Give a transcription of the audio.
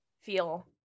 feel